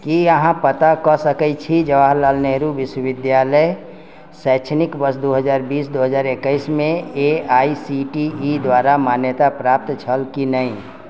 की अहाँ पता कऽ सकै छी जवाहरलाल नेहरू विश्वविद्यालय शैक्षणिक वर्ष दू हजार बीस दू हजार एकैसमे A I C T E द्वारा मान्यताप्राप्त छल कि नहि